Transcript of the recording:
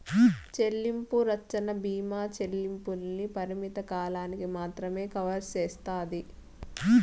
చెల్లింపు రచ్చన బీమా చెల్లింపుల్ని పరిమిత కాలానికి మాత్రమే కవర్ సేస్తాది